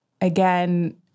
again